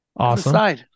Awesome